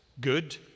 good